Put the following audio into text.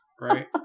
Right